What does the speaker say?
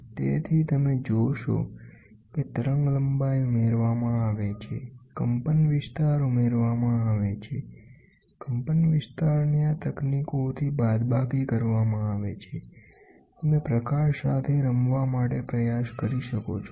તેથી તમે જોશો કે તરંગલંબાઇ ઉમેરવામાં આવે છે કંપનવિસ્તાર ઉમેરવામાં આવે છે કંપનવિસ્તારની આ તકનીકોથી બાદબાકી કરવામાં આવે છે તમે પ્રકાશ સાથે રમવા માટે પ્રયાસ કરી શકો છો